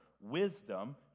wisdom